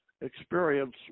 experience